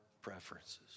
preferences